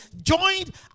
joined